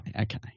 okay